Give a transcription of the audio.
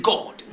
God